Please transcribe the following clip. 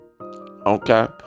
Okay